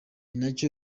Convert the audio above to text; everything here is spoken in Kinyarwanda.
nacyo